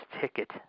ticket